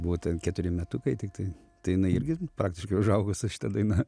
buvo ten keturi metukai tiktai tai jinai irgi praktiškai užaugo su šita daina